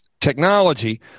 technology